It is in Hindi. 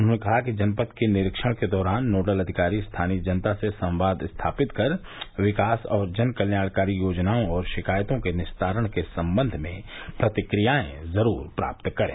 उन्होंने कहा कि जनपद के निरीक्षण के दौरान नोडल अधिकारी स्थानीय जनता से संवाद स्थापित कर विकास और जन कल्याणकारी योजनाओं और शिकायतों के निस्तारण के संबंध में प्रतिक्रियायें जरूर प्राप्त करें